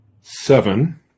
seven